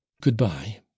good-bye